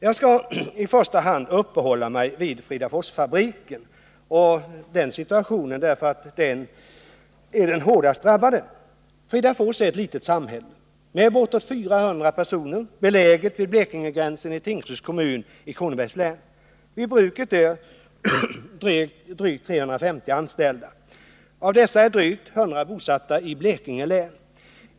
Jag skall i första hand uppehålla mig vid Fridaforsfabriken och situationen där, eftersom den fabriken är den hårdast drabbade. Fridafors är ett litet samhälle med bortåt 400 personer, beläget vid Blekingegränsen i Tingsryds kommun i Kronobergs län. Vid bruket är drygt 350 personer anställda. Av dessa är drygt 100 bosatta i Blekinge län.